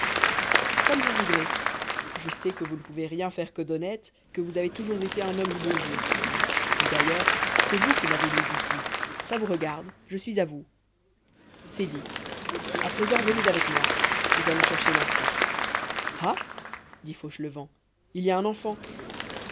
comme vous voudrez je sais que vous ne pouvez rien faire que d'honnête et que vous avez toujours été un homme du bon dieu et puis d'ailleurs c'est vous qui m'avez mis ici ça vous regarde je suis à vous c'est dit à présent venez avec moi nous allons chercher l'enfant ah dit fauchelevent il y a un enfant